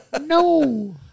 No